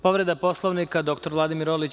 Povreda Poslovnika, dr Vladimir Orlić.